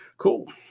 Cool